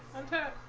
and